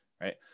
Right